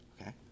Okay